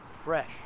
Fresh